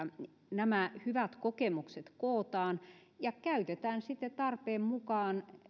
nämä hyvät kokemukset kootaan ja niitä käytetään tarpeen mukaan